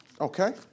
Okay